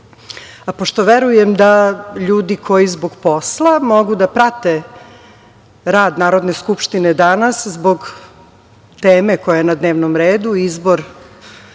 pošto verujem da ljudi koji zbog posla mogu da prate rad Narodne skupštine danas, zbog teme koja je na dnevnom redu, izbor